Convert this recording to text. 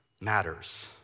matters